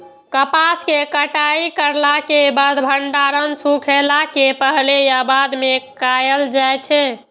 कपास के कटाई करला के बाद भंडारण सुखेला के पहले या बाद में कायल जाय छै?